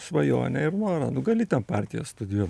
svajonę ir norą nu gali ten partiją studijuot